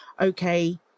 okay